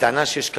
בטענה שיש קרטל,